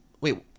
wait